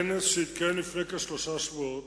כנס שהתקיים לפני כשלושה שבועות,